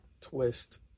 twist